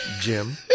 jim